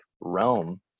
realm